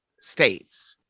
states